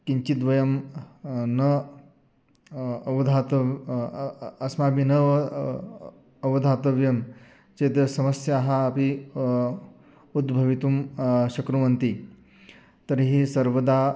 किञ्चिद्वयं न अवधातवः अस्माभिः न अ अवधातव्यं चेत् समस्याः अपि उद्भवितुं शक्नुवन्ति तर्हि सर्वदा